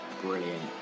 Brilliant